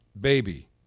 baby –